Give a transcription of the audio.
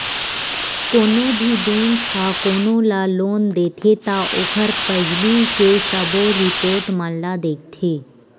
कोनो भी बेंक ह कोनो ल लोन देथे त ओखर पहिली के सबो रिपोट मन ल देखथे